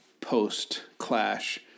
post-clash